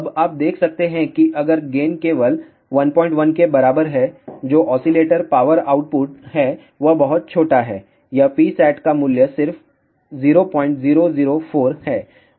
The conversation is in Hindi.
अब आप देख सकते हैं कि अगर गेन केवल 11 के बराबर है जो ऑसीलेटर पावर आउटपुट है वह बहुत छोटा है यह Psatमूल्य का सिर्फ 0004 है